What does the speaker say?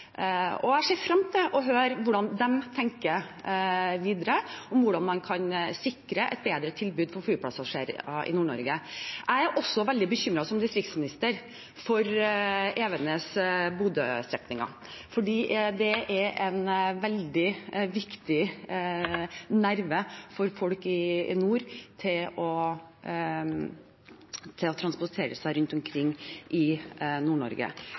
og jeg ser frem til å høre hva de tenker om hvordan man videre kan sikre et bedre tilbud for flypassasjerer i Nord-Norge. Jeg er også som distriktsminister veldig bekymret for Evenes–Bodø-strekningen, for dette er en veldig viktig nerve for folk i nord